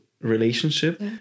relationship